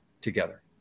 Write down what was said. together